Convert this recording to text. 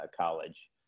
college